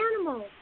animals